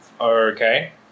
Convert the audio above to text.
Okay